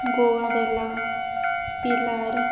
गोवा वेला पिलार